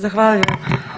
Zahvaljujem.